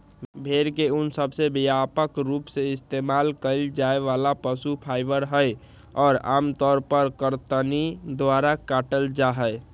भेड़ के ऊन सबसे व्यापक रूप से इस्तेमाल कइल जाये वाला पशु फाइबर हई, और आमतौर पर कतरनी द्वारा काटल जाहई